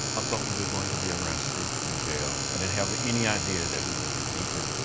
i thought we were going to be arrested and jailed. i didn't have any idea that we would be beaten.